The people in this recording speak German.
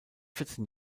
vierzehn